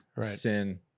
sin